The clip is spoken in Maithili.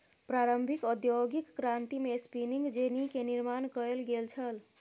प्रारंभिक औद्योगिक क्रांति में स्पिनिंग जेनी के निर्माण कयल गेल छल